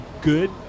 good